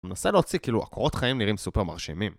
מנסה להוציא כאילו, הקורות חיים נראים סופר מרשימים